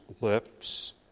lips